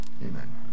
Amen